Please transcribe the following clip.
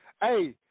Hey